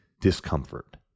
discomfort